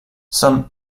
some